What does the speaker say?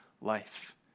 life